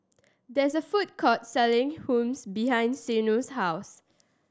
there is a food court selling Hummus behind Zeno's house